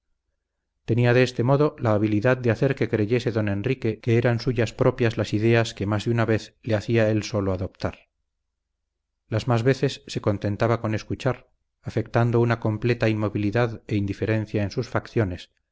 tenía de este modo la habilidad de hacer que creyese don enrique que eran suyas propias las ideas que más de una vez le hacía él solo adoptar las más veces se contentaba con escuchar afectando una completa inmovilidad e indiferencia en sus facciones